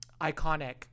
Iconic